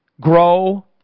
Grow